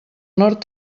nord